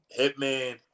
Hitman